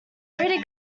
pretty